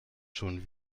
schon